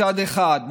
מצד אחד,